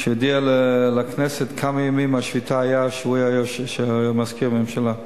- שיודיע לכנסת כמה ימים היתה השביתה כשהוא היה מזכיר הממשלה.